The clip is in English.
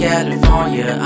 California